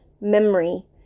memory